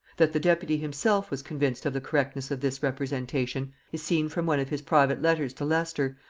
that the deputy himself was convinced of the correctness of this representation is seen from one of his private letters to leicester,